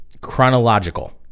chronological